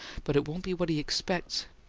but it won't be what he expects.